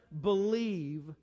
believe